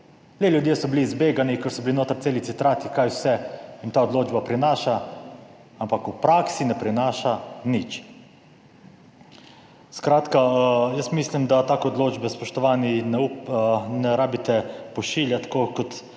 le ljudje so bili zbegani, ker so bili notri celi citati kaj vse jim ta odločba prinaša, ampak v praksi ne prinaša nič. Skratka, jaz mislim, da take odločbe, spoštovani, ne rabite pošiljati tako